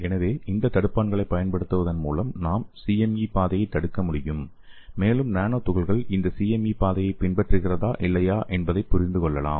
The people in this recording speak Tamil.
எனவே இந்த தடுப்பான்களைப் பயன்படுத்துவதன் மூலம் நாம் CME பாதையைத் தடுக்க முடியும் மேலும் நானோ துகள்கள் இந்த CME பாதையை பின்பற்றுகிறதா இல்லையா என்பதை புரிந்து கொள்ளலாம்